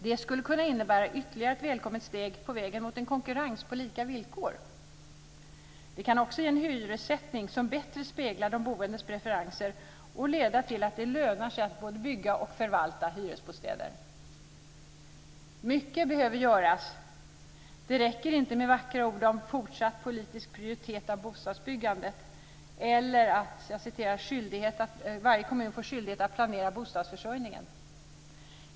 Det skulle kunna innebära ytterligare ett välkommet steg på vägen mot en konkurrens på lika villkor. Det kan också ge en hyressättning som bättre speglar de boendes preferenser och leda till att det lönar sig att både bygga och förvalta hyresbostäder. Mycket behöver göras. Det räcker inte med vackra ord om fortsatt politisk prioritet av bostadsbyggandet eller att varje kommun får en skyldighet att planera bostadsförsörjningen.